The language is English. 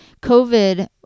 COVID